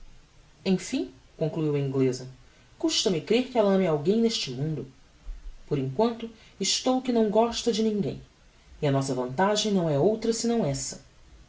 emfim concluiu a ingleza custa-me crer que ella ame a alguem neste mundo por em quanto estou que não gosta de ninguém e a nossa vantagem não é outra senão essa